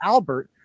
Albert